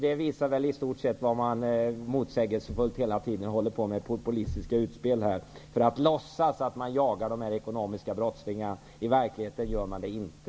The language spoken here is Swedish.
Det visar väl i stort sett vad man motsägelsefullt hela tiden håller på med -- populistiska utspel -- för att låtsas att man jagar dessa ekonomiska brottslingar. I verkligheten gör man det inte.